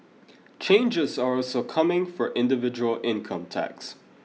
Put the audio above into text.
changes are also coming for individual income tax